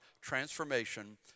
transformation